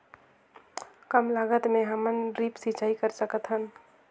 कम लागत मे हमन ड्रिप सिंचाई कर सकत हन?